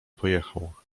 pojechał